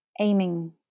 aiming